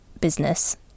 business